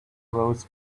rose